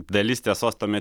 dalis tiesos tame